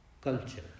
Culture